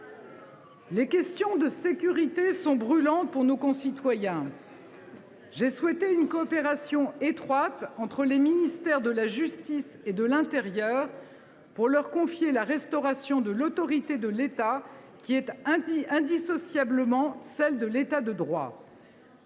Les questions de sécurité sont brûlantes pour nos concitoyens. J’ai souhaité une coopération étroite entre les ministères de la justice et de l’intérieur, pour leur confier la restauration de l’autorité de l’État, qui est indissociablement celle de l’État de droit.